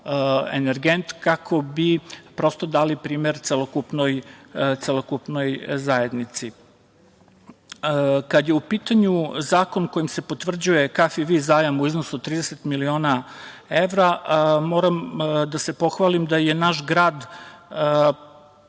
energent, kako bi prosto dali primer celokupnoj zajednici. Kada je u pitanju zakon kojim se potvrđuje KfW zajam u iznosu od 30 miliona evra, moram da se pohvalim da je naš grad